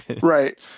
right